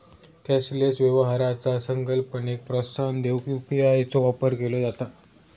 cashless व्यवहाराचा संकल्पनेक प्रोत्साहन देऊक यू.पी.आय चो वापर केला जाता